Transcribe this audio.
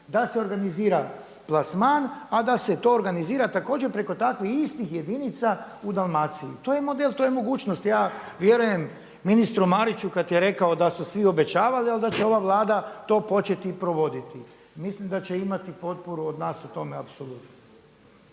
da se organizira plasman a da se to organizira također preko takvih istih jedinica u Dalmaciji. To je model, to je mogućnost. Ja vjerujem ministru Mariću kada je rekao da su svi obećavali ali da će ova Vlada to početi provoditi. Mislim da će imati potporu od nas u tome apsolutno.